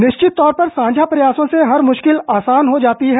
निश्चित तौर पर सांझा प्रयासों से हर मुश्किल आसान हो जाती है